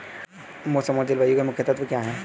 मौसम और जलवायु के मुख्य तत्व क्या हैं?